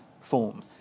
form